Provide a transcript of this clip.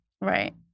Right